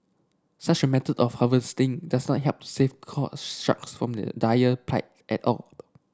such a method of harvesting does not help to save sharks from their dire plight at all